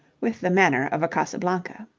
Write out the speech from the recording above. with the manner of a casablanca.